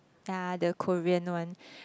yeah the Korean one